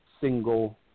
single